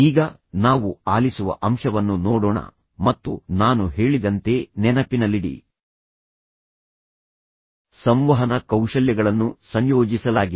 ಈಗ ನಾವು ಆಲಿಸುವ ಅಂಶವನ್ನು ನೋಡೋಣ ಮತ್ತು ನಾನು ಹೇಳಿದಂತೆ ನೆನಪಿನಲ್ಲಿಡಿ ಸಂವಹನ ಕೌಶಲ್ಯಗಳನ್ನು ಸಂಯೋಜಿಸಲಾಗಿದೆ